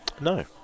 no